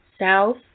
south